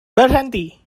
berhenti